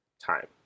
time